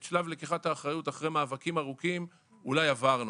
את שלב לקיחת האחריות אחרי מאבקים ארוכים אולי עברנו.